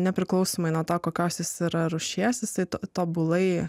nepriklausomai nuo to kokios yra rūšies jisai tobulai